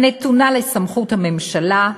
הנתונה לסמכות הממשלה,